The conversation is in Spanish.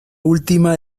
última